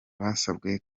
basabwe